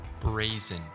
brazen